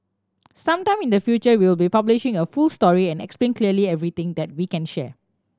some time in the future we will be publishing a full story and explain clearly everything that we can share